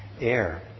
air